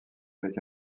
avec